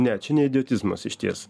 ne čia ne idiotizmas išties